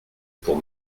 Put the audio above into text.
pour